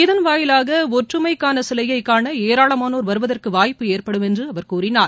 இதன்வாயிவாக ஒற்றுமைக்கான சிலையை காண ஏராளமானோர் வருவதற்கு வாய்ப்பு ஏற்படும் என்று அவர் கூறினார்